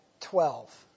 twelve